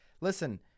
listen